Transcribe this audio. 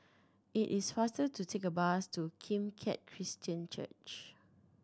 it is faster to take bus to Kim Keat Christian Church